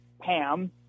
Pam